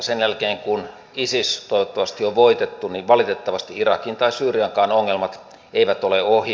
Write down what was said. sen jälkeen kun isis toivottavasti on voitettu niin valitettavasti irakin tai syyriankaan ongelmat eivät ole ohi